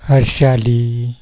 Harshali